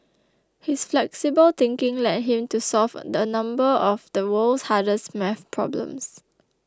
his flexible thinking led him to solve a number of the world's hardest maths problems